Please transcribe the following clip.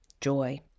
joy